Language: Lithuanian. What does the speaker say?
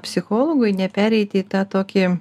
psichologui nepereiti į tą tokį